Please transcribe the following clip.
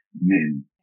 men